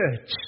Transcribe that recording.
church